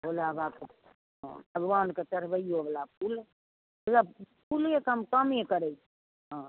भोला बाबाके हँ भगवानके चढ़बैयो बला फूल फूलक फूलेके हम कामे करैत छियै हँ